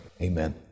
Amen